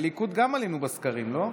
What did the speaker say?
כליכוד גם עלינו בסקרים, לא?